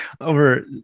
over